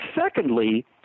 secondly